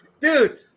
dude